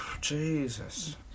Jesus